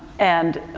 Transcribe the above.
and,